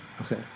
Okay